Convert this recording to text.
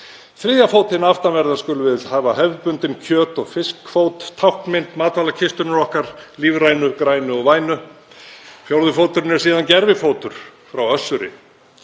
Þriðja fótinn aftanverðan skulum við hafa hefðbundinn kjöt- og fiskfót, táknmynd matarkistunnar okkar lífrænu grænu og vænu. Fjórði fóturinn er síðan gervifótur frá Össuri,